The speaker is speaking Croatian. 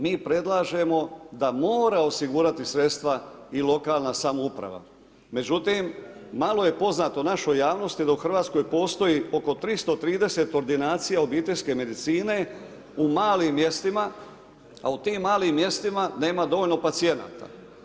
Mi predlažemo da mora osigurati sredstva i lokalna samouprava, međutim malo je poznato našoj javnosti da u Hrvatskoj postoji oko 330 ordinacija obiteljske medicine u malim mjestima, a u tim malim mjestima nema dovoljno pacijenata.